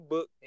Book